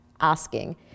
asking